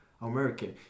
American